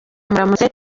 muramutse